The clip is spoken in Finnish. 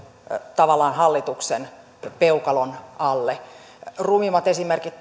tavallaan hallituksen peukalon alle rumimmat esimerkit